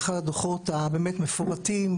זה אחד הדוחות המפורטים,